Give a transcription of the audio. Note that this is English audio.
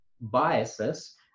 biases